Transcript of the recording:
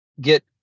get